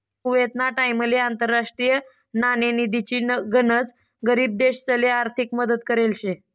कुवेतना टाइमले आंतरराष्ट्रीय नाणेनिधीनी गनच गरीब देशसले आर्थिक मदत करेल शे